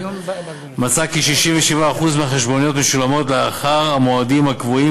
מצא כי 67% מהחשבוניות משולמות לאחר המועדים הקבועים